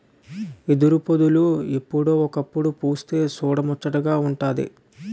ఎదురుపొదలు ఎప్పుడో ఒకప్పుడు పుస్తె సూడముచ్చటగా వుంటాది